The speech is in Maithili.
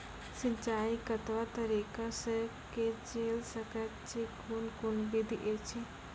सिंचाई कतवा तरीका सअ के जेल सकैत छी, कून कून विधि ऐछि?